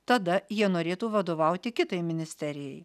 tada jie norėtų vadovauti kitai ministerijai